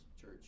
Church